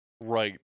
right